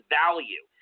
value